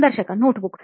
ಸಂದರ್ಶಕ notebook